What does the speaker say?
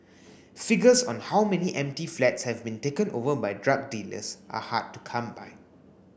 figures on how many empty flats have been taken over by drug dealers are hard to come by